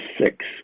six